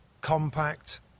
compact